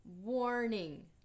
warning